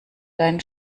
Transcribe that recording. dein